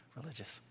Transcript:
religious